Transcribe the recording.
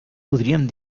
podríem